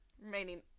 remaining